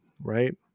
right